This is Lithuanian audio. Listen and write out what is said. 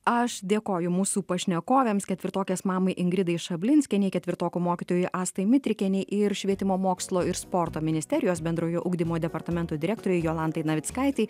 aš dėkoju mūsų pašnekovėms ketvirtokės mamai ingridai šablinskienei ketvirtokų mokytojai astai mitrikienei ir švietimo mokslo ir sporto ministerijos bendrojo ugdymo departamento direktorei jolantai navickaitei